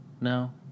No